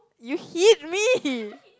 you hit me